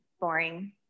boring